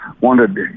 wanted